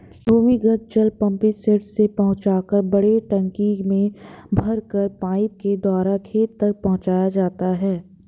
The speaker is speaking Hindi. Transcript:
भूमिगत जल पम्पसेट से पहुँचाकर बड़े टंकी में भरकर पाइप के द्वारा खेत तक पहुँचाया जाता है